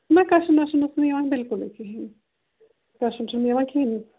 نہَ کَشُن وشُن اوس نہٕ یِوان بِلکُلٕے کِہیٖنۍ کَشُن چھُنہٕ یِوان کِہیٖنۍ